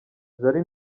zari